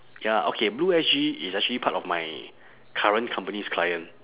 ya okay blue S_G is actually part of my current company's client